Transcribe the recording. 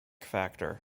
factor